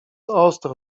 ostro